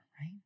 right